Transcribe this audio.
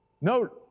Note